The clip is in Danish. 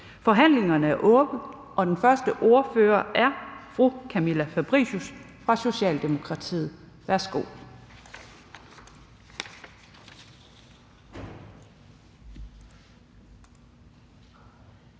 Forhandlingen er åbnet. Den første ordfører er fru Camilla Fabricius fra Socialdemokratiet. Værsgo.